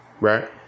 Right